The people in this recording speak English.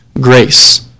grace